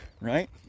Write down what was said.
right